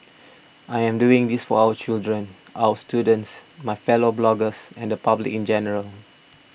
I am doing this for our children our students my fellow bloggers and the public in general